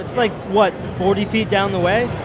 like what? forty feet down the way?